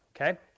okay